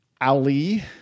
Ali